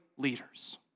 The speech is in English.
leaders